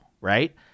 right